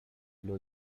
blow